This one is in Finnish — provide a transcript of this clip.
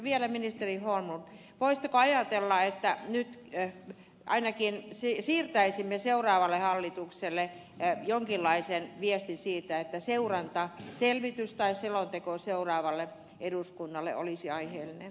vielä ministeri holmlund voisitteko ajatella että nyt ainakin välittäisimme seuraavalle hallitukselle jonkinlaisen viestin siitä että seurantaselvitys tai selonteko seuraavalle eduskunnalle olisi aiheellinen